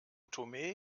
tomé